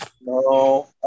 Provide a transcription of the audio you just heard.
No